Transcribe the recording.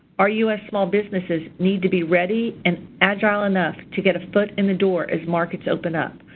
our u s. small businesses need to be ready and agile enough to get a foot in the door as markets open up.